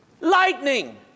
Lightning